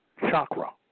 chakra